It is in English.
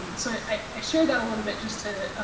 and so i shared that a little bit just to